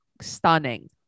stunning